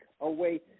away